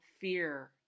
fear